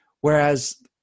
whereas